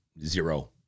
zero